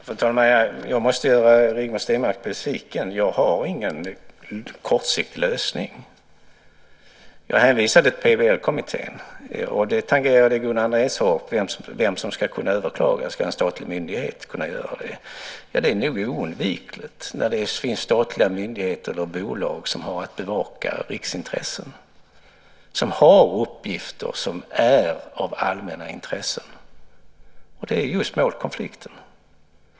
Fru talman! Jag måste göra Rigmor Stenmark besviken. Jag har ingen kortsiktig lösning. Jag hänvisade till PBL-kommittén. Gunnar Andrén tangerade vem som ska kunna överklaga. Ska en statlig myndighet kunna göra det? Det är nog oundvikligt när det finns statliga myndigheter eller bolag som har att bevaka riksintressen och som har uppgifter som är av allmänt intresse. Det är just målkonflikten.